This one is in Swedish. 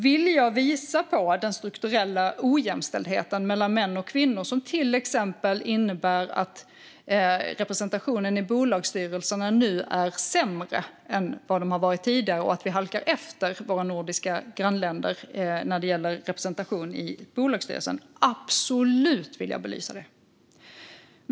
Vill jag visa på den strukturella ojämställdheten mellan män och kvinnor, som till exempel innebär att representationen i bolagsstyrelserna nu är sämre än den varit tidigare och att vi halkar efter våra nordiska grannländer när det gäller representation i bolagsstyrelser? Absolut vill jag belysa det!